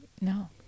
no